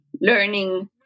learning